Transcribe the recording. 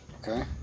Okay